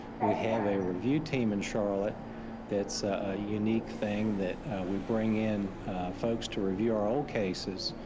we have a review team in charlotte that's a unique thing that we bring in folks to review our old cases,